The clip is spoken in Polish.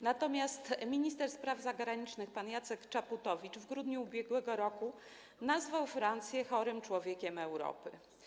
Natomiast minister spraw zagranicznych pan Jacek Czaputowicz w grudniu ub.r. nazwał Francję chorym człowiekiem Europy.